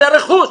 על הרכוש,